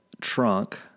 trunk